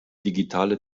digitale